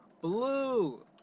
Blue